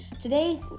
Today